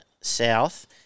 south